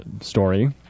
story